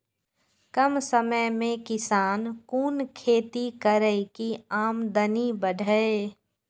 कम समय में किसान कुन खैती करै की आमदनी बढ़े?